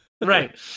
Right